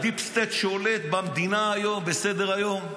הדיפ-סטייט שולט במדינה היום, בסדר-היום,